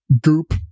goop